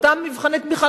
אותם מבחני תמיכה,